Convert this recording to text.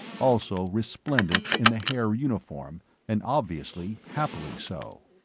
also resplendent in the haer uniform and obviously happily so.